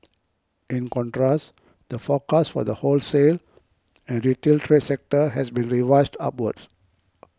in contrast the forecast for the wholesale and retail trade sector has been revised upwards